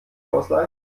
ausleihen